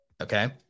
okay